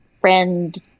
friend